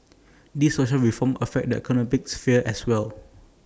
these social reforms affect the economic sphere as well